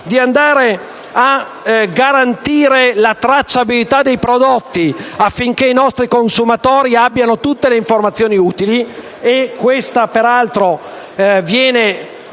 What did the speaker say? avanzata, di garantire la tracciabilità dei prodotti affinché i nostri consumatori abbiano tutte le informazioni utili (e questa, peraltro, viene